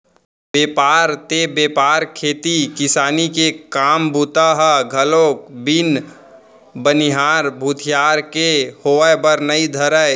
बेपार ते बेपार खेती किसानी के काम बूता ह घलोक बिन बनिहार भूथियार के होय बर नइ धरय